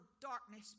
darkness